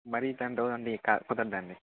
మరి ten thousand ఈ క కుదరదు అండి